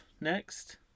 next